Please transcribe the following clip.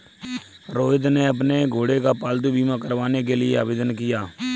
रोहित ने अपने घोड़े का पालतू बीमा करवाने के लिए आवेदन किया